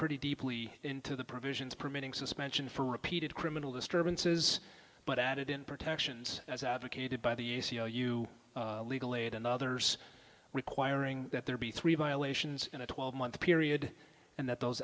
pretty deeply into the provisions permitting suspension for repeated criminal disturbances but added in protections as advocated by the a c l u legal aid and others requiring that there be three violations in a twelve month period and that those